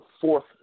fourth